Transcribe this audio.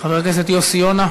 חברת הכנסת עאידה תומא סלימאן,